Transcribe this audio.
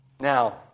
Now